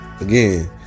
again